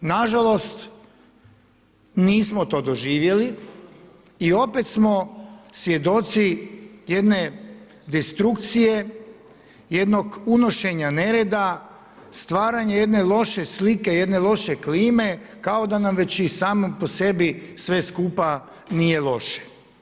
Nažalost nismo to doživjeli i opet smo svjedoci jedne destrukcije, jednog unošenja nereda, stvaranje jedne loše slike, jedne loše klime kao da nam već i samo po sebi sve skupa nije loše.